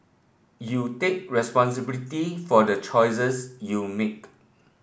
you take responsibility for the choices you make